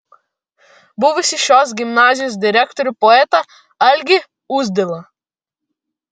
buvusį šios gimnazijos direktorių poetą algį uzdilą